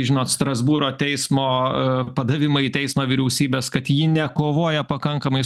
žinot strasbūro teismo padavimą į teismą vyriausybės kad ji nekovoja pakankamai